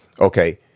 okay